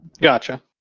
Gotcha